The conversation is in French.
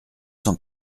cent